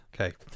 Okay